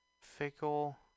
fickle